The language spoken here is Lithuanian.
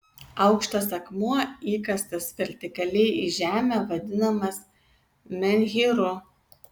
aukštas akmuo įkastas vertikaliai į žemę vadinamas menhyru